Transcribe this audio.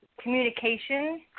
communication